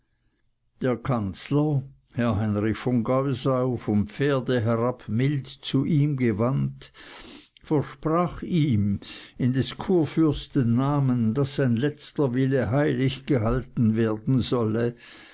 der kanzler herr heinrich von geusau vom pferde herab mild zu ihm gewandt versprach ihm in des kurfürsten namen daß sein letzter wille heilig gehalten werden solle